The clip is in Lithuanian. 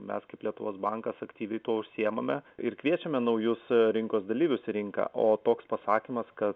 mes kaip lietuvos bankas aktyviai tuo užsiimame ir kviečiame naujus rinkos dalyvius į rinką o toks pasakymas kad